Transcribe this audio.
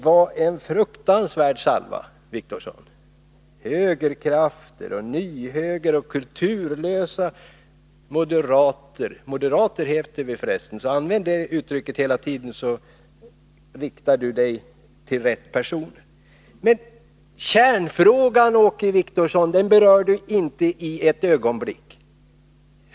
gern” och ”kulturlösa moderater”. — Moderater heter vi för resten. Om man använder det uttrycket hela tiden så riktar man sig till rätta personer. Men kärnfrågan berörde Åke Wictorsson inte ett ögonblick.